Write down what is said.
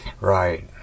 Right